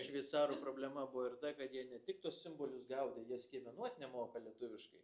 šveicarų problema buvo ir ta kad jie ne tik tuos simbolius gaudė jie skiemenuot nemoka lietuviškai